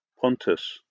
Pontus